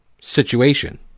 situation